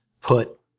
put